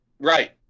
Right